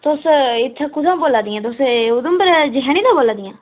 तुस इत्थें कुत्थुआं बोला दियां तुस एह् उधमपुरा दा जखैनी दा बोला दियां